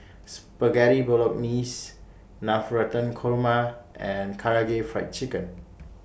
Spaghetti Bolognese Navratan Korma and Karaage Fried Chicken